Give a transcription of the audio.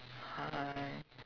hi